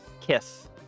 kiss